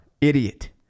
Idiot